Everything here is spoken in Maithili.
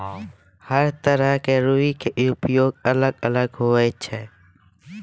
हर तरह के रूई के उपयोग अलग अलग होय छै